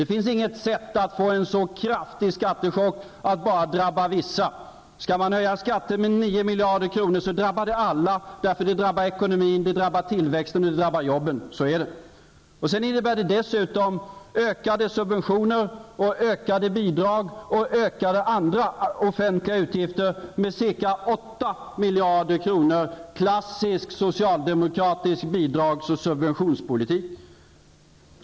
Det finns inget sätt att få en så kraftig skattechock att bara drabba vissa. Skall man höja skatter med 9 miljarder kronor drabbar det alla, eftersom det drabbar ekonomin, tillväxten och arbetstillfällena. Så är det. Det innebär dessutom ökade subventioner, bidrag och andra offentliga utgifter med ca 8 miljarder kronor. Klassisk socialdemokratisk bidrags och subventionspolitik!